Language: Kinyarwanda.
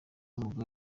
umugore